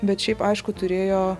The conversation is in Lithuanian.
bet šiaip aišku turėjo